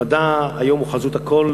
והמדע היום הוא חזות הכול.